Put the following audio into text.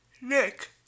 Nick